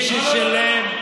אני אסביר לך מה ההבדל.